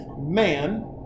man